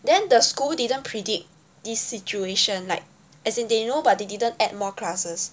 then the school didn't predict this situation like as in they know but they didn't add more classes